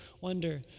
wonder